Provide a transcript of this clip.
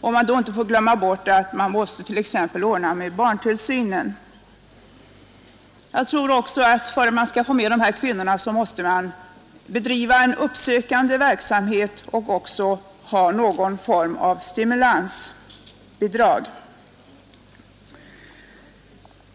Man får då inte glömma bort att man t.ex. måste ordna barntillsynen. Jag tror också att man för att få med de hemarbetande kvinnorna måste bedriva en uppsökande verksamhet och dessutom ha någon form av stimulansbidrag.